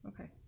okay